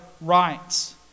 rights